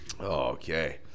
Okay